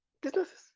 Businesses